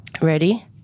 Ready